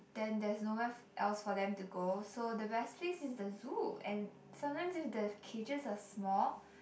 then there's no where f~ else for them to go so the best place is the zoo and sometimes if the cages are small